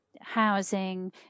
housing